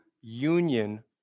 union